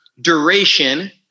duration